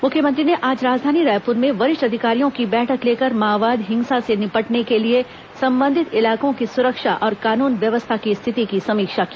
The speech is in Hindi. मुख्यमंत्री ने आज राजधानी रायपुर में वरिष्ठ अधिकारियों की बैठक लेकर माओवाद हिंसा से निपटने के लिए संबंधित इलाकों की सुरक्षा और कानून व्यवस्था की स्थिति की समीक्षा की